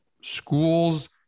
schools